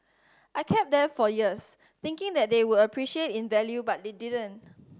I kept them for years thinking that they would appreciate in value but they didn't